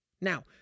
Now